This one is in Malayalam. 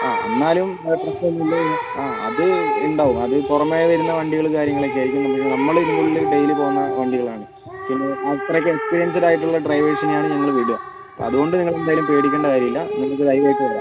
ആ എന്നാലും ആ അത് ഉണ്ടാവും അത് പുറമേ വരുന്ന വണ്ടികൾ കാര്യങ്ങളൊക്കെ ആയിരിക്കും പിന്നെ നമ്മൾ ഇതിന്റെ ഉള്ളിൽ ഡെയിലി പോകുന്ന വണ്ടികളാണ് പിന്നെ അത്രയ്ക്ക് എക്സ്പീരിയൻസ്ഡ് ആയിട്ടുള്ള ഡ്രൈവേഴ്സിനെയാണ് ഞങ്ങൾ വിടുക അപ്പം അതുകൊണ്ട് നിങ്ങൾ എന്തായാലും പേടിക്കേണ്ട കാര്യം ഇല്ല നിങ്ങൾക്ക് ധൈര്യമായിട്ട് വരാം